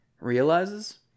realizes